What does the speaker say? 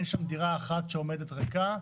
יש שם דירה אחת שעומדת ריקה,